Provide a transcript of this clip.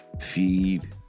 feed